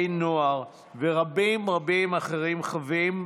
בני נוער ורבים רבים אחרים חווים,